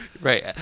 right